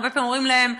הרבה פעמים אומרים להן: